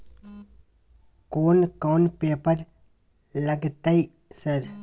कोन कौन पेपर लगतै सर?